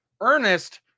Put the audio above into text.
Ernest